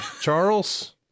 Charles